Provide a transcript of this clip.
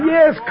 Yes